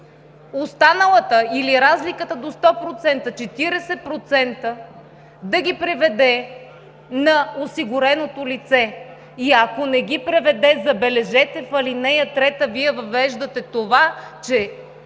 останалата или разликата до 100% – 40%, да ги преведе на осигуреното лице. И ако не ги преведе, забележете, в ал. 3 Вие въвеждате това, че